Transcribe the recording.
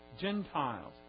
Gentiles